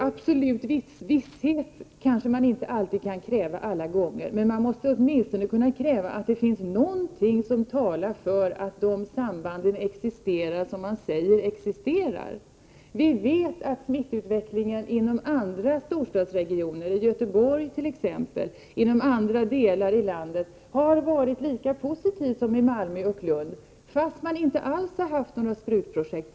Absolut visshet kanske man inte alla gånger kan kräva, men man måste åtminstone kunna kräva att någonting talar för att det samband existerar som man påstår finns. Vi vet att utvecklingen inom andra storstadsregioner, t.ex. i Göteborg, och i andra delar av landet under samma tid har varit lika positiv som i Malmö och Lund, trots att man inte alls haft några sprutprojekt.